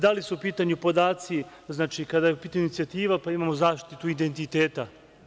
Da li su u pitanju podaci, znači, kada je u pitanju inicijativa, pa imamo zaštitu identiteta?